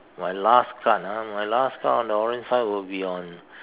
my last card lah my last card on the orange side would be on